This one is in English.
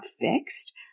fixed